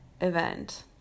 event